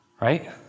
right